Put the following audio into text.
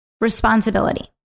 responsibility